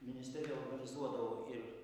ministerija organizuodavo ir